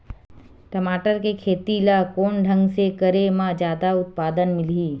टमाटर के खेती ला कोन ढंग से करे म जादा उत्पादन मिलही?